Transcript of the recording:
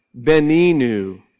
Beninu